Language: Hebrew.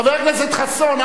חבר הכנסת חסון,